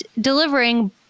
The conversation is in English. delivering